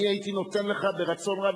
אני הייתי נותן לך ברצון רב,